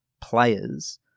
players